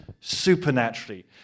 supernaturally